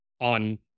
on